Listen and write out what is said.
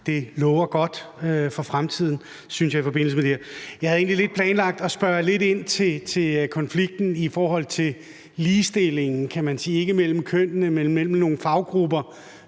Det lover godt for fremtiden i forbindelse med det her, synes jeg. Jeg havde egentlig planlagt at spørge lidt ind til konflikten i forhold til ligestillingen, kan man sige, ikke mellem kønnene, men mellem nogle faggrupper